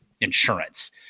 insurance